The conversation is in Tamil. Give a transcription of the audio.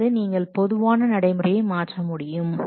அதாவது நீங்கள் பொதுவான நடைமுறையை மாற்றமுடியும்